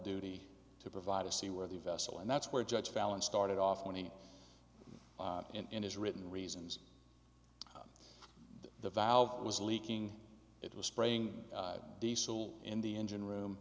duty to provide a see where the vessel and that's where judge fallon started off when he in his written reasons the valve was leaking it was spraying diesel in the engine room